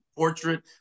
portrait